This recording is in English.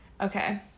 Okay